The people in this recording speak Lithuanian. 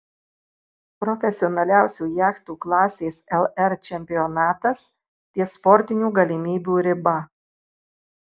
profesionaliausių jachtų klasės lr čempionatas ties sportinių galimybių riba